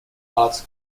arts